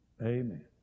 Amen